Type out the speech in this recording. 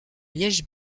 liège